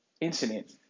incident